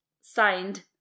Signed